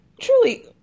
truly